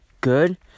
good